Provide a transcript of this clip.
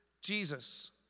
Jesus